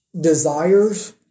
desires